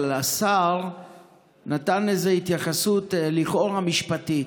אבל השר נתן לזה התייחסות לכאורה משפטית.